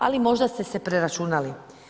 Ali možda ste se preračunali.